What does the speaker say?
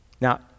Now